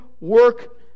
work